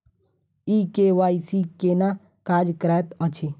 ई KYC केना काज करैत अछि?